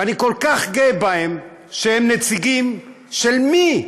ואני כל כך גאה בהם, שהם נציגים, של מי?